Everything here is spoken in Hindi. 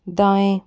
दाएँ